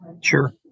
Sure